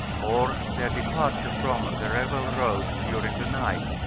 or their departure from, the reval roads during the night,